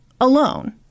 alone